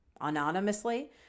anonymously